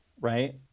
Right